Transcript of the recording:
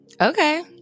okay